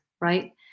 right